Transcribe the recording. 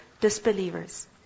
disbelievers